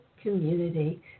community